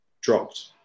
dropped